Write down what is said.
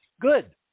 Good